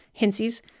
hintsies